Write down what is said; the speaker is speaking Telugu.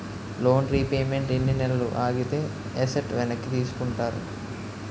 లోన్ రీపేమెంట్ ఎన్ని నెలలు ఆగితే ఎసట్ వెనక్కి తీసుకుంటారు?